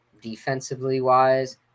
defensively-wise